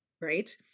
right